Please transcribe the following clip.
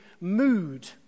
mood